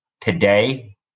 Today